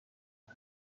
کمی